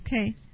Okay